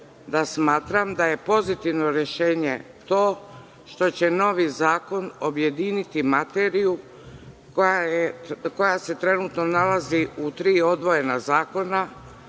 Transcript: da smatram, da je pozitivno rešenje to što će novi zakon objediniti materiju koja se trenutno nalazi u tri odvojena zakona,